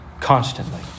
constantly